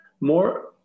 more